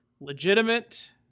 legitimate